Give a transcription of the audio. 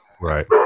Right